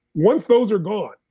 once those are gone,